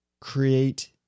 create